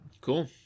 Cool